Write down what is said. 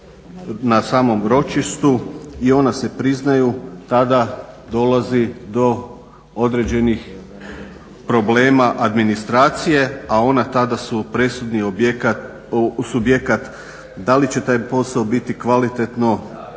na samom ročištu i ona se priznaju, tada dolazi do određenih problema administracije a ona tada su presudni subjekat da li će taj posao biti kvalitetno